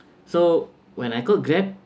so when I called grab